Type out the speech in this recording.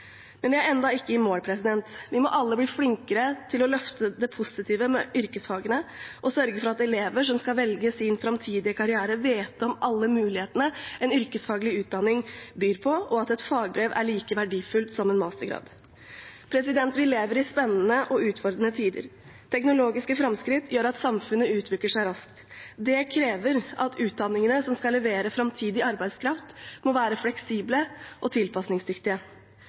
Men vi er ennå ikke i mål. Vi må alle bli flinkere til å løfte det positive med yrkesfagene og sørge for at elever som skal velge sin framtidige karriere, vet om alle mulighetene en yrkesfaglig utdanning byr på, og at et fagbrev er like verdifullt som en mastergrad. Vi lever i spennende og utfordrende tider. Teknologiske framskritt gjør at samfunnet utvikler seg raskt. Det krever at utdanningene som skal levere framtidig arbeidskraft, må være fleksible og tilpasningsdyktige.